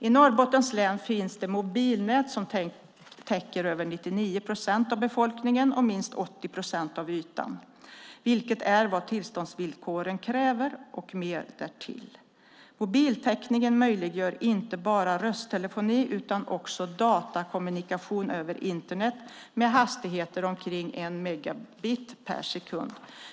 I Norrbottens län finns det mobilnät som täcker över 99 procent av befolkningen och minst 80 procent av ytan, vilket är vad tillståndsvillkoren kräver, och mer därtill. Mobiltäckningen möjliggör inte bara rösttelefoni utan också datakommunikation över Internet med hastigheter omkring en megabite per sekund.